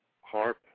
harp